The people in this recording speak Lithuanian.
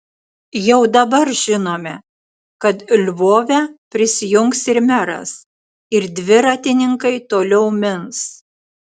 jau dabar žinome kad lvove prisijungs ir meras ir dviratininkai toliau mins